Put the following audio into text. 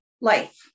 life